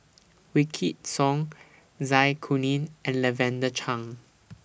Wykidd Song Zai Kuning and Lavender Chang